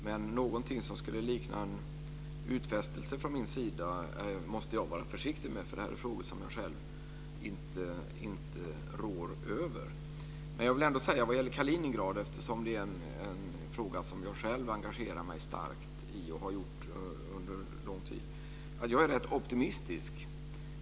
Men jag måste vara försiktig med någonting som skulle kunna likna en utfästelse från min sida, för detta är frågor som jag själv inte rår över. Kaliningrad är en fråga som jag själv engagerar mig starkt i, och det har jag gjort under lång tid. Jag är rätt optimistisk vad gäller Kaliningrad.